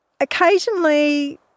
Occasionally